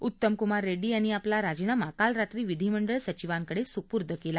उत्तमकुमार रेङ्डी यांनी आपला राजीनामा काल रात्री विधिमंडळ सचिवांकडे सुपूर्द केला